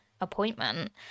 appointment